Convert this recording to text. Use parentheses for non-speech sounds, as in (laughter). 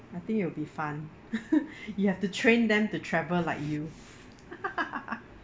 I think it'll be fun (laughs) you have to train them to travel like you (laughs)